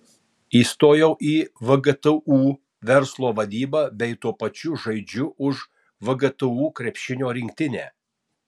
įstojau į vgtu verslo vadybą bei tuo pačiu žaidžiau už vgtu krepšinio rinktinę